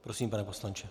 Prosím, pane poslanče.